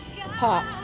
pop